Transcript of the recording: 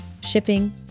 shipping